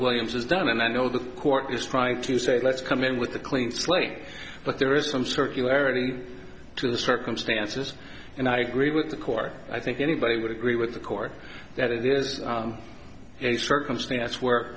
williams has done and i know the court is trying to say let's come in with a clean slate but there is some circularity to the circumstances and i agree with the court i think anybody would agree with the court that it is a circumstance where